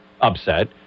upset